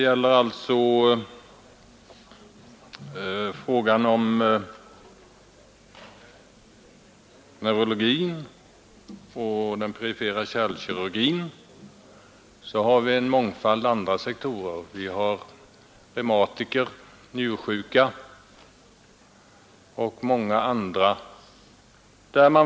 Utöver dessa båda — neurologi och perifer kärlkirurgi — finns åtskilliga andra med olika patientgrupper, t.ex. reumatiker och njursjuka.